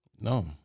No